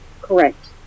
Correct